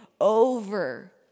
over